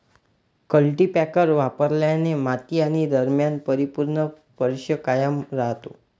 cultipacker वापरल्याने माती आणि दरम्यान परिपूर्ण स्पर्श कायम राहतो